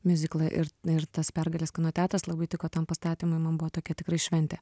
miuziklą ir ir tas pergalės kino teatras labai tiko tam pastatymui man buvo tokia tikrai šventė